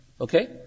okay